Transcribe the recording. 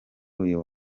uyu